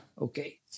Okay